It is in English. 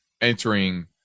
entering